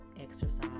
exercise